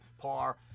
par